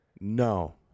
No